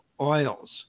oils